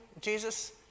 Jesus